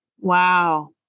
Wow